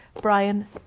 Brian